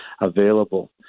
available